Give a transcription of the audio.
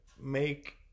make